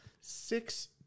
Six